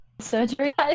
surgery